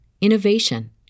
innovation